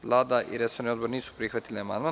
Vlada i resorni odbor nisu prihvatili amandman.